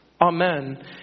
Amen